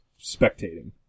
spectating